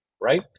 Right